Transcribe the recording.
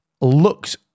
looks